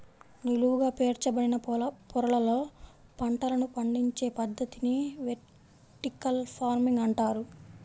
నిలువుగా పేర్చబడిన పొరలలో పంటలను పండించే పద్ధతిని వెర్టికల్ ఫార్మింగ్ అంటారు